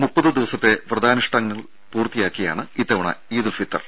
മുപ്പത് ദിവസത്തെ വ്രതാനുഷ്ഠാനങ്ങൾ പൂർത്തിയാക്കിയാണ് ഇത്തവണ ഇദുൽ ഫിത്വർ